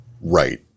Right